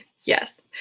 Yes